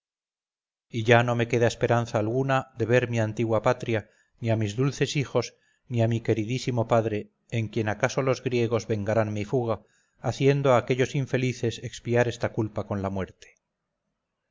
y ya no me queda esperanza alguna de ver mi antigua patria ni a mis dulces hijos ni a mi queridísimo padre en quienes acaso los griegos vengarán mi fuga haciendo a aquellos infelices expiar esta culpa con la muerte